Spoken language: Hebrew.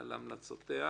על המלצותיה.